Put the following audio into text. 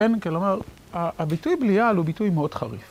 ‫אין, כלומר, הביטוי בליעל ‫הוא ביטוי מאוד חריף.